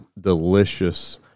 delicious